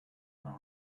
are